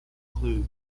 clue